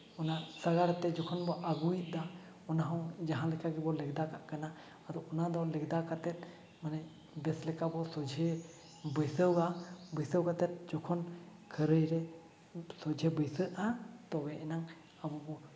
ᱚᱱᱟ ᱥᱟᱸᱜᱟᱲ ᱛᱮ ᱡᱚᱠᱷᱚᱱ ᱵᱚᱱ ᱟᱹᱜᱩᱭᱮᱫᱟ ᱚᱱᱟ ᱦᱚᱸ ᱡᱟᱦᱟᱸ ᱞᱮᱠᱟ ᱜᱮᱵᱚᱱ ᱞᱮᱵᱽᱫᱟ ᱠᱟᱜ ᱠᱟᱱᱟ ᱟᱫᱚ ᱚᱱᱟᱫᱚ ᱞᱮᱵᱽᱫᱟ ᱠᱟᱛᱮ ᱢᱟᱱᱮ ᱵᱮᱥ ᱞᱮᱠᱟ ᱵᱚ ᱥᱚᱡᱷᱮ ᱵᱟᱹᱭᱥᱟᱹᱣᱟ ᱵᱟᱹᱭᱥᱟᱹᱣ ᱠᱟᱛᱮ ᱡᱚᱠᱷᱚᱱ ᱠᱷᱟᱹᱨᱟᱹᱭ ᱨᱮ ᱥᱚᱡᱷᱮ ᱵᱟᱹᱭᱥᱟᱹᱜᱼᱟ ᱛᱚᱵᱮ ᱟᱱᱟᱝ ᱟᱵᱚ ᱵᱚ